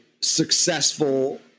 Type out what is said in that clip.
successful